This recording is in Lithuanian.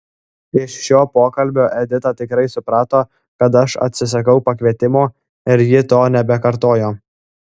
iš šio pokalbio edita tikrai suprato kad aš atsisakau pakvietimo ir ji to nebekartojo